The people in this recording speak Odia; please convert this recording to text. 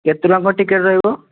କେତେ ଟଙ୍କା କ'ଣ ଟିକେଟ୍ ରହିବ